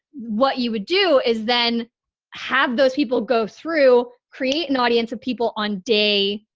what you would do is then have those people go through, create an audience of people on day.